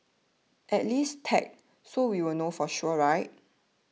at least tag so we'll know for sure right